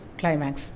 climax